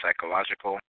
psychological